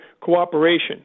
cooperation